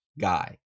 guy